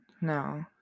No